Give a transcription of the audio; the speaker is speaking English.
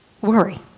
worry